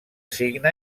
signa